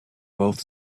both